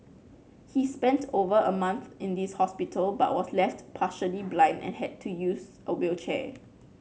he spent over a month in this hospital but was left partially blind and had to use a wheelchair